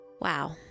Wow